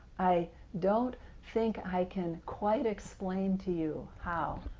i don't think i can quite explain to you how